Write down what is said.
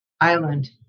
Island